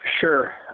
Sure